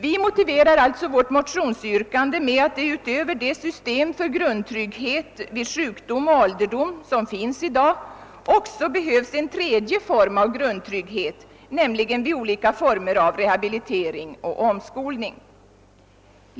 Vi motiverar alltså vårt motionsyrkande med att det utöver det system för grundtrygghet vid sjukdom och ålderdom som finns i dag också behövs en tredje form av grundtrygghet, nämligen vid olika former av rehabilitering och omskolning.